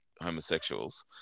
homosexuals